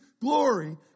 glory